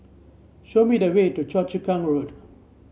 show me the way to Choa Chu Kang Road